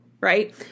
right